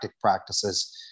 practices